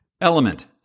Element